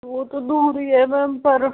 वो तो दूर ही है मैम पर